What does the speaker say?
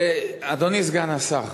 אדוני סגן השר,